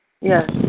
Yes